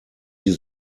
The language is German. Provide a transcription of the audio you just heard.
sie